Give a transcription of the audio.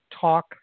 talk